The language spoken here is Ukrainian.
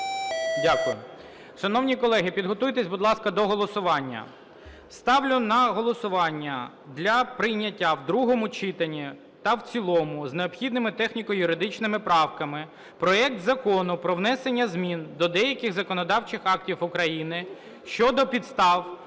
Дякую. Шановні колеги, підготуйтесь, будь ласка, до голосування. Ставлю на голосування для прийняття в другому читанні та в цілому з необхідними техніко-юридичними правками проект Закону про внесення змін до деяких законодавчих актів України щодо підстав